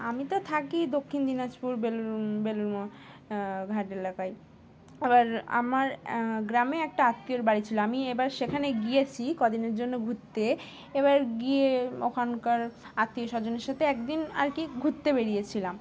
আমি তো থাকি দক্ষিণ দিনাজপুর বেল বেলুম ঘাট এলাকায় আবার আমার গ্রামে একটা আত্মীয়ের বাড়ি ছিল আমি এবার সেখানে গিয়েছি কদিনের জন্য ঘুরতে এবার গিয়ে ওখানকার আত্মীয় স্বজনের সাথে একদিন আর কি ঘুরতে বেরিয়েছিলাম